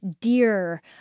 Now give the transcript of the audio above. dear